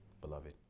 Beloved